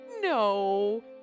no